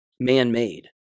man-made